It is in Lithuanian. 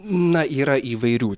na yra įvairių